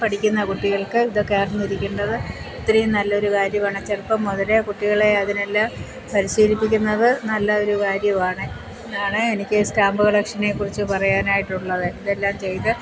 പഠിക്കുന്ന കുട്ടികൾക്ക് ഇതൊക്കെ അറിഞ്ഞിരിക്കേണ്ടത് ഒത്തിരിയും നല്ലൊരു കാര്യമാണ് ചെറുപ്പം മുതൽ കുട്ടികളെ അതിനെല്ലാം പരിശീലിപ്പിക്കുന്നത് നല്ലൊരു കാര്യമാണ് എന്നാണ് എനിക്ക് സ്റ്റാമ്പ് കളക്ഷനെക്കുറിച്ച് പറയാനായിട്ടുള്ളത് ഇതെല്ലാം ചെയ്ത്